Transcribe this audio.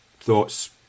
thoughts